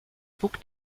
book